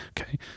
okay